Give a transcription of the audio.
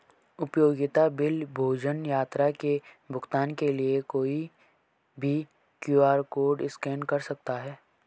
उपयोगिता बिल, भोजन, यात्रा के भुगतान के लिए कोई भी क्यू.आर कोड स्कैन कर सकता है